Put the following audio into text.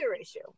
issue